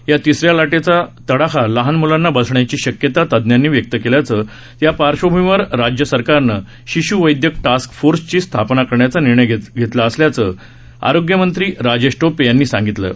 या तिसऱ्या कोरोना लाटेचा तडाखा लहान मुलांना बसण्याची शक्यता तज्ञांनी व्यक्त केल्याच्या पार्श्वभुमीवर राज्य सरकारनं शिश् वैदयक टास्क फोर्स स्थापन करायचा निर्णय घेतल्याच आरोग्य मंत्री राजेश टोपे यांनी सांगितलं आहे